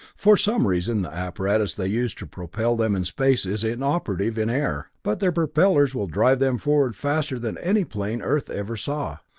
for some reason the apparatus they use to propel them in space is inoperative in air, but their propellers will drive them forward faster than any plane earth ever saw.